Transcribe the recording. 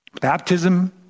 baptism